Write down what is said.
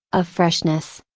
of freshness.